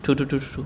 true true true true